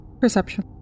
perception